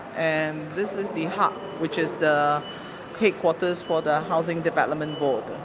and this is the ha, which is the headquarters for the housing development board,